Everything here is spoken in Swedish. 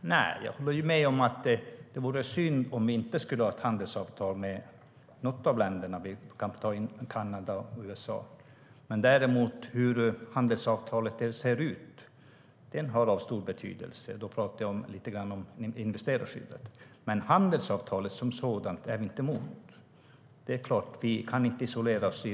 Nej, jag tycker att det vore synd om vi inte skulle ha ett handelsavtal med något av länderna - vi kan ta Kanada och USA. Däremot har det stor betydelse hur handelsavtalet ser ut. Då pratar jag lite grann om investerarskyddet. Men handelsavtalet som sådant är vi inte emot. Det är klart att vi inte kan isolera oss.